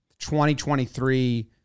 2023